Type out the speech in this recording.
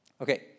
Okay